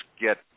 get